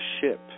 ship